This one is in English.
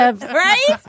Right